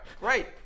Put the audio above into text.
right